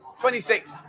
26